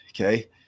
okay